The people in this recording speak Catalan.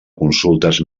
consultes